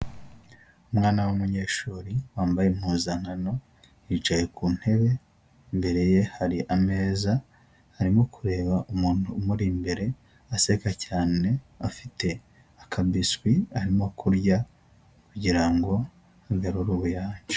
Umwana w'umunyeshuri wambaye impuzankano yicaye ku ntebe imbere ye hari ameza arimo kureba umuntu umuri imbere aseka cyane afite akabiswi arimo kurya kugira ngo agarure ubuyanja.